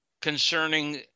concerning